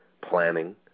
planning